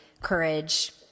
courage